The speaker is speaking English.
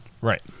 Right